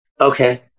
Okay